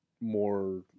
more